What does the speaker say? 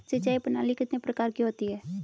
सिंचाई प्रणाली कितने प्रकार की होती हैं?